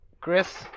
Chris